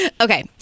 okay